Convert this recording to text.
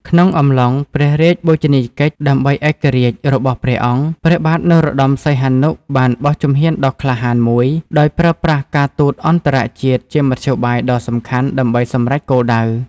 ក្នុងអំឡុង ព្រះរាជបូជនីយកិច្ចដើម្បីឯករាជ្យ របស់ព្រះអង្គ ព្រះបាទនរោត្ដម សីហនុ បានបោះជំហានដ៏ក្លាហានមួយ ដោយប្រើប្រាស់ការទូតអន្តរជាតិជាមធ្យោបាយដ៏សំខាន់ដើម្បីសម្រេចគោលដៅ។